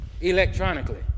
electronically